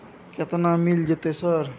केतना मिल जेतै सर?